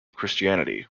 christianity